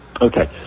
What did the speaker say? Okay